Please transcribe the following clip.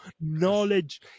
knowledge